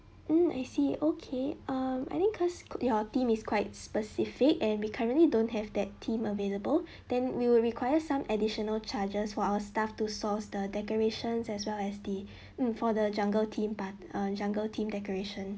mm I see okay um I think cause your team is quite specific and we currently don't have that team available then we will require some additional charges for our staff to source the decorations as well as the mm for the jungle theme but err jungle team decoration